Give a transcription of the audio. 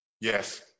Yes